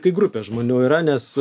kai grupė žmonių yra nes